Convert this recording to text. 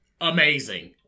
amazing